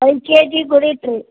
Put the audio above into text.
ಐದು K G ಗೋಧಿ ಹಿಟ್ಟು ರಿ